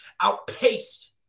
outpaced